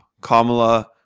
Kamala